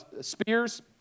spears